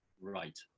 Right